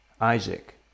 Isaac